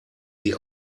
sie